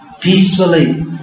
peacefully